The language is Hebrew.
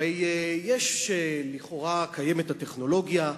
הרי לכאורה קיימת הטכנולוגיה,